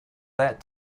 that